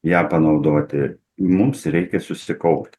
ją panaudoti mums reikia susikaupt